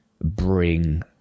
bring